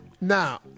Now